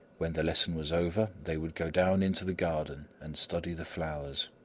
when the lesson was over, they would go down into the garden and study the flowers.